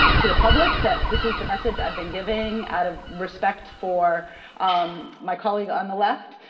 to the public, that this is the message i have been giving, out of respect for um my colleague on the left,